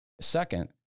Second